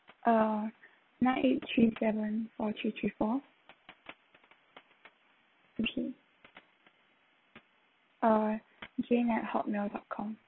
uh nine eight three seven four three three four mmhmm uh jane at hotmail dot com